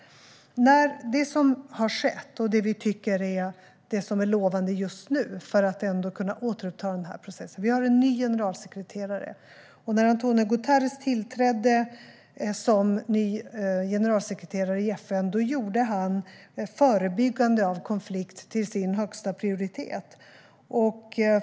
Det som har skett, och det vi tycker är lovande just nu för att ändå kunna återuppta processen, är att det finns en ny generalsekreterare. När António Guterres tillträdde som ny generalsekreterare i FN gjorde han förebyggande av konflikt till sin högsta prioritet.